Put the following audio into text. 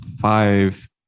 five